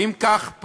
ואם כך,